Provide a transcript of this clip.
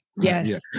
Yes